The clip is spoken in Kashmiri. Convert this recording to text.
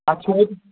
اَتھ چھِ